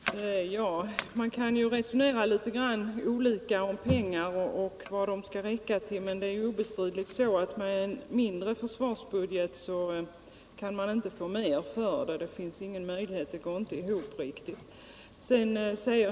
Herr talman! Man kan resonera litet olika om pengar och vad de skall räcka till, men det är obestridligt att med en mindre försvarsbudget kan man inte få mer för dem. Det går inte riktigt ihop.